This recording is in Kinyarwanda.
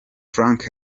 frank